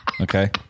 okay